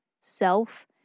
self